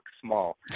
small